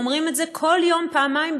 ואומרים את זה כל יום פעמיים,